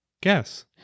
guess